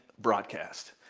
broadcast